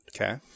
Okay